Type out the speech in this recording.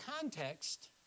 context